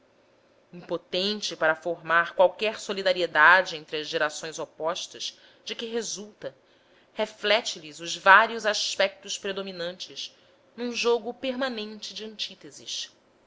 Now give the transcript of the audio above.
impotente para formar qualquer solidariedade entre as gerações opostas de que resulta reflete lhes os vários aspectos predominantes num jogo permanente de antíteses